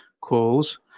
calls